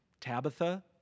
Tabitha